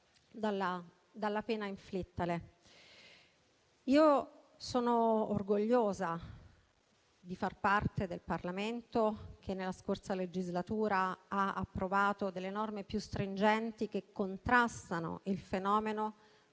la pena inflittale. Io sono orgogliosa di far parte del Parlamento che nella scorsa legislatura ha approvato norme più stringenti che contrastano il fenomeno